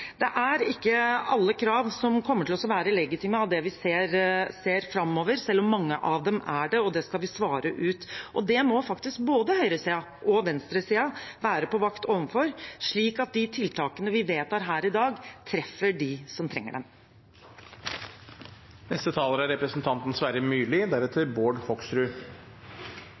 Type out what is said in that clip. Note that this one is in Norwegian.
Det er ikke alle krav som kommer til å være legitime av det vi ser framover, selv om mange av dem er det, og det skal vi svare ut. Det må faktisk både høyresiden og venstresiden være på vakt overfor, slik at de tiltakene vi vedtar her i dag, treffer dem som trenger dem. Da jeg hørte innlegget til representanten